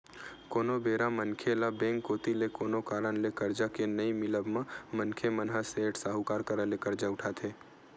कोनो बेरा मनखे ल बेंक कोती ले कोनो कारन ले करजा के नइ मिलब म मनखे मन ह सेठ, साहूकार करा ले करजा उठाथे